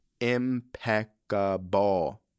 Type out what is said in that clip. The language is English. impeccable